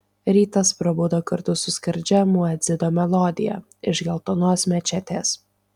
rytas prabudo kartu su skardžia muedzino melodija iš geltonos mečetės